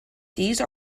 these